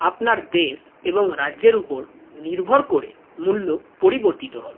আপনার দেশ এবং রাজ্যের উপর নির্ভর করে মূল্য পরিবর্তিত হবে